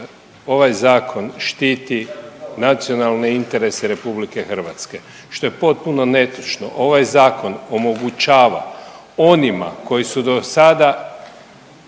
ovaj zakon štiti nacionalne interese RH, što je potpuno netočno. Ovaj zakon omogućava onima koji su dosada